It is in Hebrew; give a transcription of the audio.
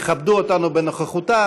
יכבדו אותנו בנוכחותם,